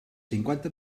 cinquanta